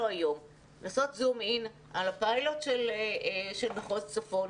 היום לעשות זום על הפיילוט של מחוז צפון,